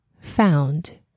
found